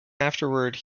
afterward